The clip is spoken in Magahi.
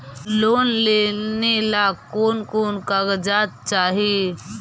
लोन लेने ला कोन कोन कागजात चाही?